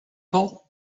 fault